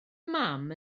mam